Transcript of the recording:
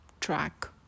track